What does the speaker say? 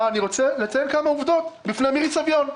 אבל אני רוצה לציין כמה עובדות בפני מירי סביון.